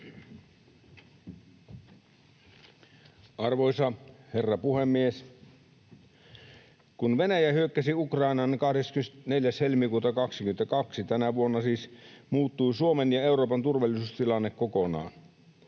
Arvoisa herra puhemies! Kun Venäjä hyökkäsi Ukrainaan 24. helmikuuta 22, tänä vuonna siis, muuttui Suomen ja Euroopan turvallisuustilanne kokonaan.